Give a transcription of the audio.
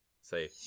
Say